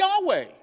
Yahweh